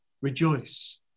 rejoice